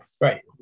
right